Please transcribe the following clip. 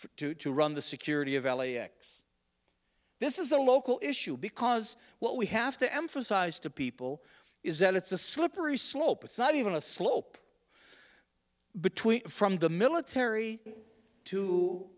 for two to run the security of l a x this is a local issue because what we have to emphasize to people is that it's a slippery slope it's not even a slope between from the military to